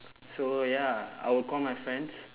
so ya I will call my friends